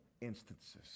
instances